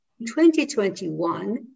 2021